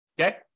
Okay